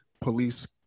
police